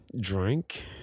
Drink